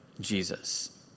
Jesus